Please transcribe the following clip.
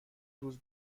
روز